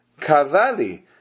kavali